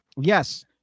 Yes